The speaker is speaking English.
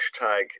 hashtag